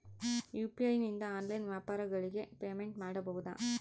UPI ನಿಂದ online ವ್ಯಾಪಾರಗಳಿಗೆ payment ಮಾಡಬಹುದಾ?